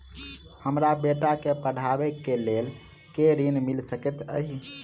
हमरा बेटा केँ पढ़ाबै केँ लेल केँ ऋण मिल सकैत अई?